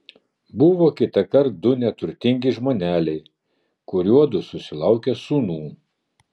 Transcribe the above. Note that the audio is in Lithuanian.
buvo kitąkart du neturtingi žmoneliai kuriuodu susilaukė sūnų